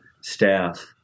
staff